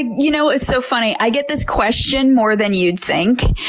you know, it's so funny, i get this question more than you'd think.